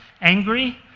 angry